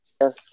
Yes